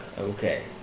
Okay